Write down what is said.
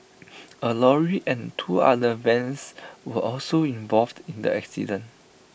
A lorry and two other vans were also involved in the accident